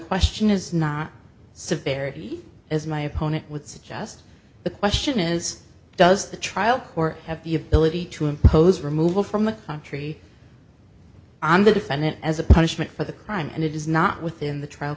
question is not severity as my opponent would suggest the question is does the trial court have the ability to impose removal from the country on the defendant as a punishment for the crime and it is not within the trial